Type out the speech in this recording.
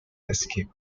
escape